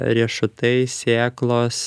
riešutai sėklos